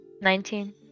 Nineteen